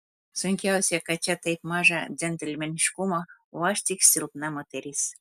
sunkiausia kad čia taip maža džentelmeniškumo o aš tik silpna moteris